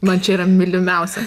man čia yra mylimiausia